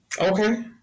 okay